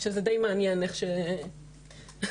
שזה די מעניין איך--- טוב,